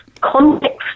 context